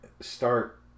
start